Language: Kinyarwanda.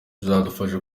bizadufasha